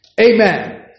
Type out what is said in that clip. Amen